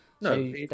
No